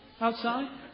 outside